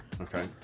Okay